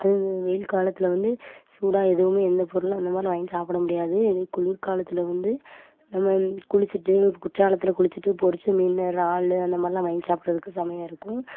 அங்க வெயில் காலத்தில் வந்து சூடாக எதுவும் எந்த பொருளும் அந்த மாதிரிலாம் வாங்கி சாப்பிட முடியாது இதே குளுர்காலத்தில் வந்து நம்ம குளிச்சுட்டு குற்றாலத்தில் குளிச்சுட்டு பொரிச்ச மீன் இறால்அந்த மாதிரிலாம் வாங்கி சாப்பிடுறதுக்கு செமையாக இருக்கும்